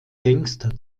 gangster